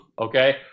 okay